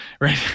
right